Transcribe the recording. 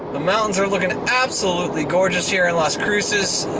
the mountains are looking absolutely gorgeous here in las cruces.